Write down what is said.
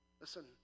Listen